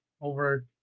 over